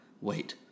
wait